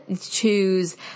choose